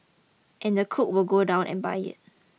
and the cook would go down and buy it